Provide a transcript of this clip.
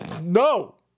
No